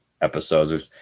episodes